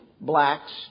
blacks